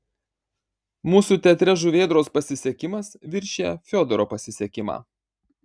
mūsų teatre žuvėdros pasisekimas viršija fiodoro pasisekimą